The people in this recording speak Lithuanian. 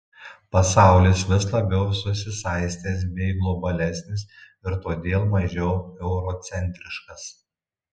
pasaulis vis labiau susisaistęs bei globalesnis ir todėl mažiau eurocentriškas